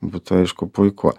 būtų aišku puiku